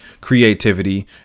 creativity